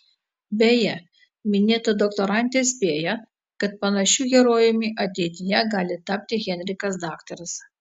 beje minėta doktorantė spėja kad panašiu herojumi ateityje gali tapti henrikas daktaras